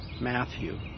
Matthew